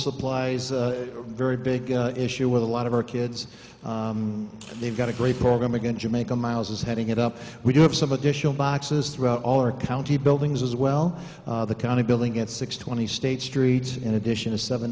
supplies a very big issue with a lot of our kids they've got a great program we're going to make a miles is heading it up we do have some additional boxes throughout all our county buildings as well the county building at six twenty state street in addition to seven